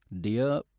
dear